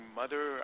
mother